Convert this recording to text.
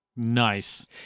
nice